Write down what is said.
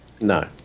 No